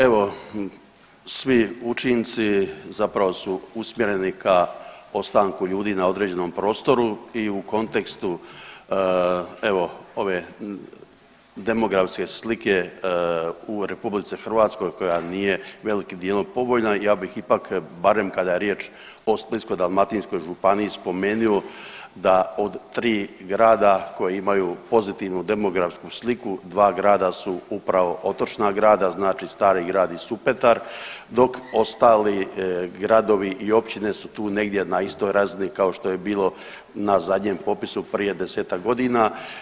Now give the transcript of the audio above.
Evo svi učinci zapravo su usmjereni ka ostanku ljudi na određenom prostoru i u kontekstu evo ove demografske slike u RH koja nije velikim dijelom povoljna, ja bih ipak barem kada je riječ o Splitsko-dalmatinskoj županiji spomenuo da od tri grada koja imaju pozitivnu demografsku sliku dva grada su upravo otočna grada znači Stari Grad i Supetar dok ostali gradovi i općine su tu negdje na istoj razini kao što je bilo na zadnjem popisu prije desetak godina.